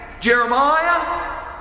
Jeremiah